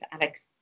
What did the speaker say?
Alex